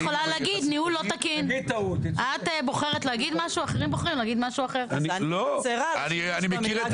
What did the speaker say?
מנהלת מחוז ירושלים יודעת